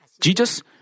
Jesus